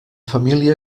família